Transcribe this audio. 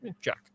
check